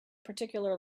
particular